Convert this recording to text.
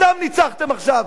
אותם ניצחתם עכשיו.